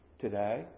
today